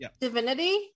Divinity